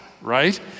right